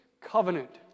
covenant